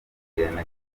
ntihagire